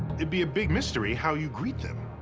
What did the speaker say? it'd be a big mystery how you greet them.